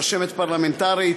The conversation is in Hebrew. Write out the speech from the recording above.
רשמת פרלמנטרית,